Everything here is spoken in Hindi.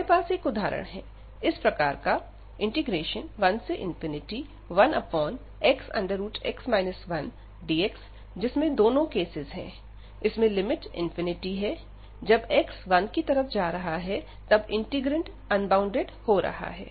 हमारे पास एक उदाहरण है इस प्रकार का 11xx 1dxजिसमें दोनों केसेस हैं इसमें लिमिट है जब x 1 की तरफ जा रहा है तब इंटीग्रैंड अनबॉउंडेड हो रहा है